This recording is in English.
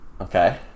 Okay